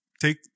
take